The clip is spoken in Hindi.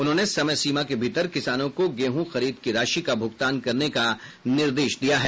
उन्होंने समय सीमा के भीतर किसानों को गेहूं खरीद की राशि का भुगतान करने का निर्देश दिये हैं